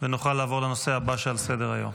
ונוכל לעבור לנושא הבא שעל סדר-היום.